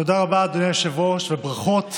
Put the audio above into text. תודה רבה, אדוני היושב-ראש, וברכות